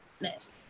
Nice